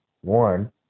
one